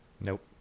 Nope